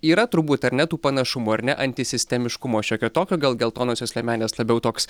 yra turbūt ar ne tų panašumų ar ne antisistemiškumo šiokio tokio gal geltonosios liemenės labiau toks